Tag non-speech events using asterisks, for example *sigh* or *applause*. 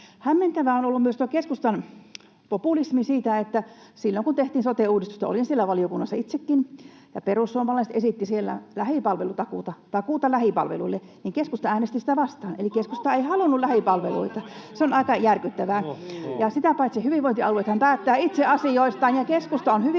Hämmentävää on ollut myös tuo keskustan populismi. Silloin kun tehtiin sote-uudistusta, olin siellä valiokunnassa itsekin, ja perussuomalaiset esittivät siellä lähipalvelutakuuta, takuuta lähipalveluille, niin keskusta äänesti sitä vastaan, eli keskusta ei halunnut lähipalveluita. Se on aika järkyttävää. *noise* Sitä paitsi hyvinvointialueethan päättävät itse asioistaan, ja keskusta on hyvin